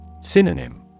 Synonym